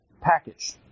package